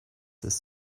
ist